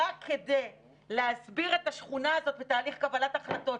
רק כדי להסביר את השכונה הזאת בתהליך קבלת החלטות,